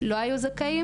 לא היו זכאים.